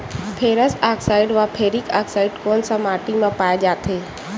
Ferrous oxide व ferric oxide कोन सा माटी म पाय जाथे?